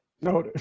No